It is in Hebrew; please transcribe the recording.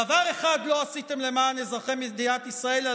דבר אחד לא עשיתם למען אזרחי מדינת ישראל,